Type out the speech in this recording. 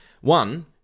One